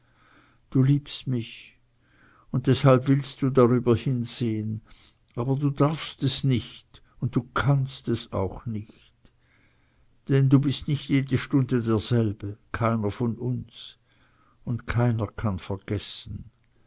du liebst mich und deshalb willst du darüber hinsehen aber du darfst es nicht und du kannst es auch nicht denn du bist nicht jede stunde derselbe keiner von uns und keiner kann vergessen